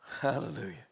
Hallelujah